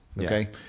Okay